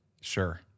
Sure